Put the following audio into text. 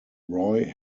roy